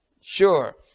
Sure